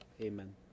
Amen